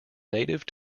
native